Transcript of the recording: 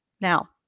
Now